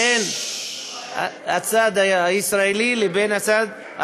בין הצד הישראלי לבין הצד,